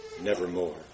Nevermore